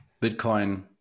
Bitcoin